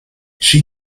she